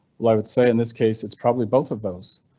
but i would say in this case it's probably both of those.